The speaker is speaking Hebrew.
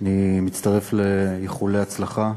אני מצטרף לאיחולי ההצלחה.